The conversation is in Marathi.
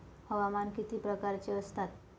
हवामान किती प्रकारचे असतात?